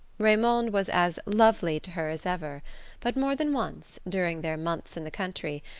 raymond was as lovely to her as ever but more than once, during their months in the country,